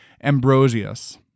Ambrosius